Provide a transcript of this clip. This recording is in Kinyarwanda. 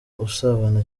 usabana